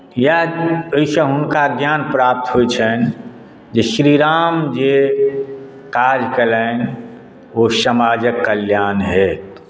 इएह ओहिसँ हुनका ज्ञान प्राप्त होइत छनि जे श्री राम जे काज कयलनि ओ समाजक कल्याण हेतु